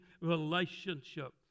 relationship